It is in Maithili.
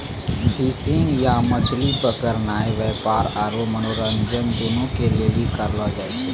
फिशिंग या मछली पकड़नाय व्यापार आरु मनोरंजन दुनू के लेली करलो जाय छै